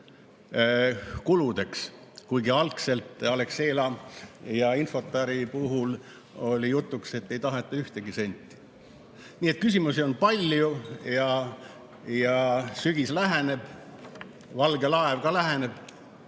kuludeks, kuigi algselt Alexela ja Infortari puhul oli jutuks, et ei taheta ühtegi senti. Nii et küsimusi on palju. Sügis läheneb. Valge laev ka läheneb